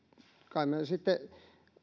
kai me sitten